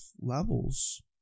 levels